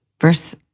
verse